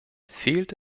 fehlt